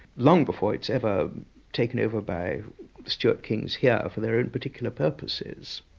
long before it's ever taken over by stuart kings yeah for their own particular purposes.